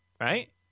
right